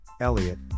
Elliot